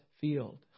field